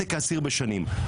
ותק אסיר בשנים,